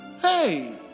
hey